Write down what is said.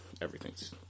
everything's